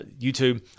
YouTube